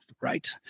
right